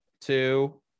two